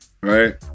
right